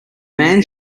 man